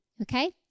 Okay